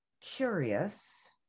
curious